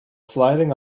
sliding